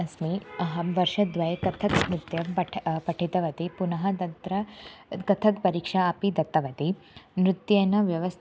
अस्मि अहं वर्षद्वये कत्थक् नृत्यं पठन्ती पठितवती पुनः तत्र कथक् परीक्षाम् अपि दत्तवती नृत्येन व्यस्ता